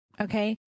Okay